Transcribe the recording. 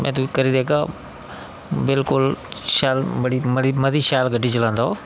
में तुगी करी देगा बिल्कुल बड़ी शैल मती शैल गड्डी चलांदा ओह्